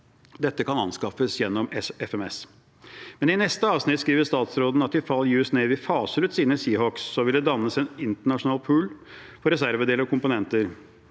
Sales-programmet. Men i neste avsnitt skriver statsråden at i tilfelle US Navy faser ut sine Seahawk, vil det dannes en internasjonal pool for reservedeler og komponenter.